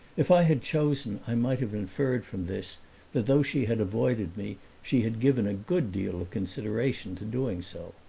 if i had chosen i might have inferred from this that though she had avoided me she had given a good deal of consideration to doing so.